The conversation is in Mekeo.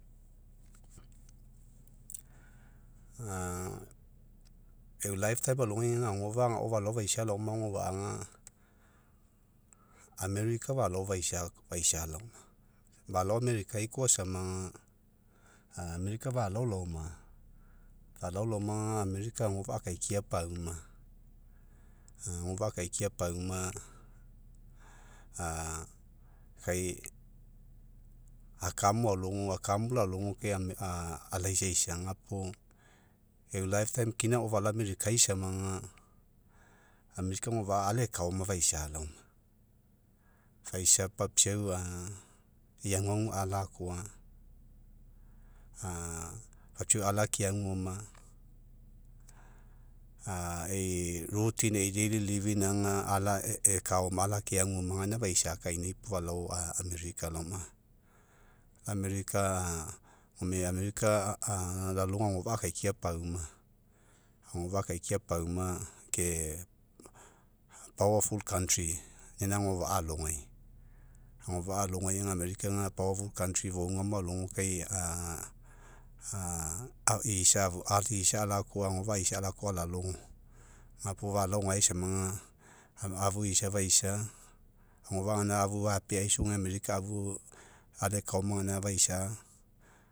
eu alogai aga agofa'a agao falao faisa laoma agofaia aga america falao faisa faisa laoma. Falao america ko'a sama. Agofa'a akaikia pauma kai aka mo alogo kai alaisaisa gapuo, eu kina agao falao america sama. America agofa'a ala ekaoma faisa laoma, faisa papiau ei aguagu alakoa papiau ala keaguoma e'i aga ala ekaoma, ala ke aguoma, gaina faisa kaina puo falao america laoma. America gome america agofa'a la logo agafa'a akaikia pau- ma pauma ke ina agofa'a alogai. Agofa'a alagai aga america fouga mo alogo kai isa alakoa, agofa'a isa alakoa alalogo, gapo falao gauama, afu isa faisa, agofa'a gaina afu fapeaisoge, america afu alaelaoma.